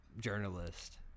journalist